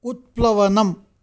उत्प्लवनम्